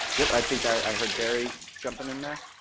yeah but i think i heard barry jumping in there?